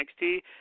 NXT